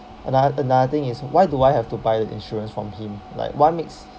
ano~ another thing is why do I have to buy insurance from him like what makes